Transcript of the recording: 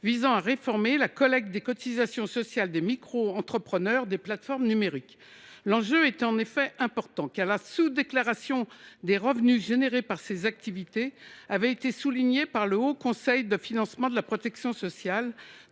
visant à réformer la collecte des cotisations sociales des microentrepreneurs des plateformes numériques. L’enjeu est en effet important : la sous déclaration des revenus générés par ces activités a été soulignée, dans une note de décembre 2022, par le Haut Conseil du financement de la protection sociale,